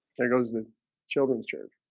there goes the children's church